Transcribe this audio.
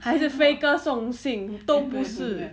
还是飞歌送信都不是